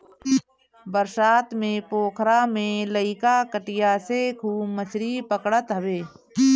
बरसात में पोखरा में लईका कटिया से खूब मछरी पकड़त हवे